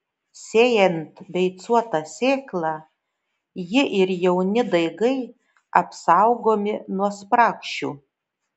sėjant beicuotą sėklą ji ir jauni daigai apsaugomi nuo spragšių